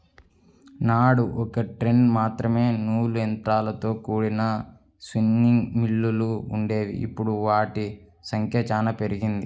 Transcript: నాడు ఒకట్రెండు మాత్రమే నూలు యంత్రాలతో కూడిన స్పిన్నింగ్ మిల్లులు వుండేవి, ఇప్పుడు వాటి సంఖ్య చానా పెరిగింది